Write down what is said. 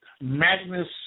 Magnus